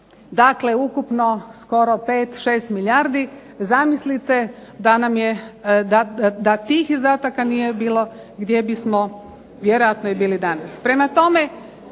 Dakle, ukupno skoro 5, 6 milijardi. Zamislite da tih izdataka gdje bismo vjerojatno i bili danas.